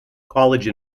college